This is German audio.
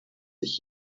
sich